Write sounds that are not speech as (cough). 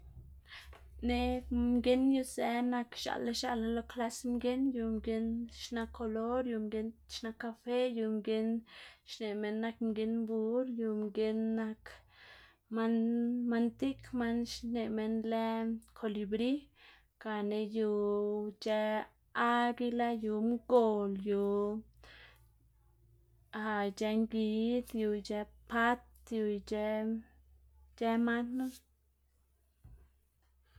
(noise) ne'g mginn yuzë nak x̱aꞌla x̱aꞌla lo klas mgin, yu mgin xna kolor, yu mgin xna kafe, yu mgin xneꞌ minn nak mgin bur, yu mgin nak man man diꞌk man xneꞌ minn lë kolibri gana yu ic̲h̲ë aguila yu gol yu (hesitation) ic̲h̲ë ngid, yu ic̲h̲ë pat yu ic̲h̲ë c̲h̲ë man knu.